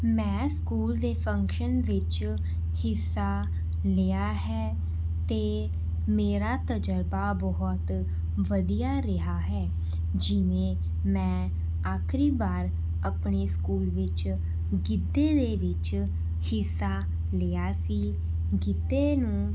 ਮੈਂ ਸਕੂਲ ਦੇ ਫੰਕਸ਼ਨ ਵਿੱਚ ਹਿੱਸਾ ਲਿਆ ਹੈ ਅਤੇ ਮੇਰਾ ਤਜ਼ਰਬਾ ਬਹੁਤ ਵਧੀਆ ਰਿਹਾ ਹੈ ਜਿਵੇਂ ਮੈਂ ਆਖਰੀ ਵਾਰ ਆਪਣੇ ਸਕੂਲ ਵਿੱਚ ਗਿੱਧੇ ਦੇ ਵਿੱਚ ਹਿੱਸਾ ਲਿਆ ਸੀ ਗਿੱਧੇ ਨੂੰ